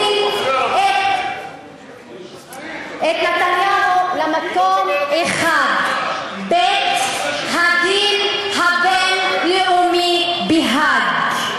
להביא את נתניהו למקום אחד: בית-הדין הבין-לאומי בהאג.